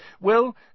Well